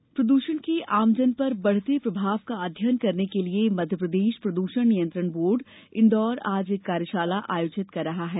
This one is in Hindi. कार्यशाला प्रदष्ण के आमजन पर बढ़ते प्रभाव का अध्ययन करने के लिए मध्यप्रदेश प्रद्षण नियंत्रण बोर्ड इंदौर आज एक कार्यशाला का आयोजन कर रहा है